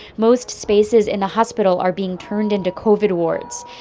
most spaces in the hospital are being turned into covid wards.